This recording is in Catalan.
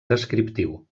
descriptiu